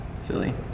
silly